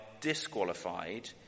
disqualified